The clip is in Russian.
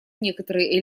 некоторые